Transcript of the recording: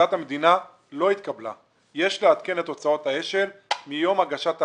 - עמדת המדינה לא התקבלה שיש לעדכן את הוצאות האש"ל מיום הגשת העתירה.